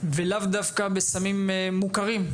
ולאו דווקא בסמים מוכרים,